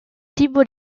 tipo